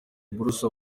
buruse